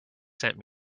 sent